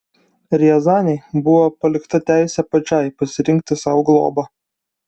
riazanei buvo palikta teisė pačiai pasirinkti sau globą